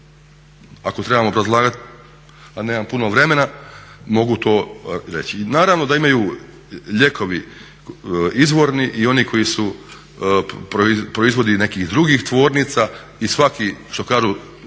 Ako trebam obrazlagat, a nemam puno vremena mogu to reći. Naravno da imaju lijekovi izvorni i oni koji su proizvodi nekih drugih tvornica i svaki što kažu